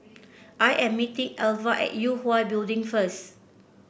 I am meeting Alva at Yue Hwa Building first